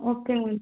okay madam